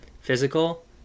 physical